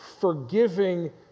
forgiving